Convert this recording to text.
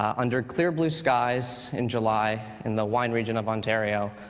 under clear blue skies in july in the wine region of ontario,